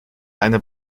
einer